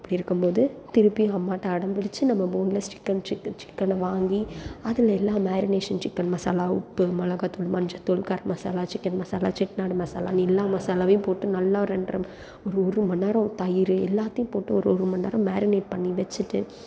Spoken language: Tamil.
அப்படி இருக்கும் போது திருப்பி அம்மாகிட்ட அடம் பிடித்து நம்ம போன்லெஸ் சிக்கன் சிக் சிக்கனை வாங்கி அதில் எல்லாம் மேரினேஷன் சிக்கன் மசாலாவும் உப்பு மிளகா தூள் மஞ்சள் தூள் கரம் மசாலா சிக்கன் மசாலா செட்டிநாடு மசாலா எல்லா மசாலாவையும் போட்டு நல்லா ஒரு ரெண்டர ஒரு ஒரு மணிநேரம் தயிர் எல்லாத்தையும் போட்டு ஒரு ஒரு மணிநேரம் மேரினெட் பண்ணி வச்சுட்டு